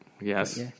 Yes